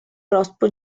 rospo